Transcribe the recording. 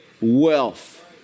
wealth